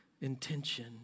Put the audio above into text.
intention